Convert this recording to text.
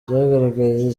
byagaragaye